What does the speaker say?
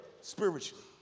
spiritually